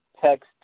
text